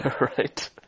right